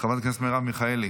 חברת הכנסת מרב מיכאלי,